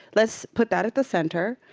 let's put that at the center,